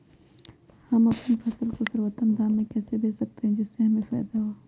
हम अपनी फसल को सर्वोत्तम दाम में कैसे बेच सकते हैं जिससे हमें फायदा हो?